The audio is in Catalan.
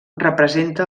representa